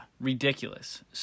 ridiculous